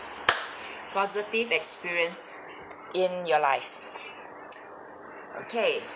positive experience in your life okay